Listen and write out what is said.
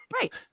Right